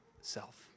self